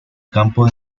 campo